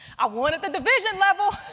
i won at the division level.